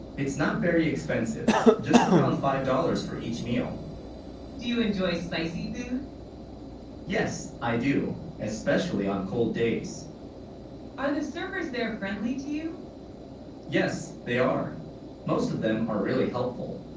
it's not very expensive just around five dollars for each meal do you, enjoy spicy food yes i do especially on cold, days are the server's there friendly to you yes they are most of them are really helpful